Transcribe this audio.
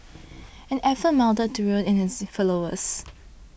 and efforts mounted to rein in his followers